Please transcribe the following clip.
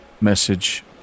message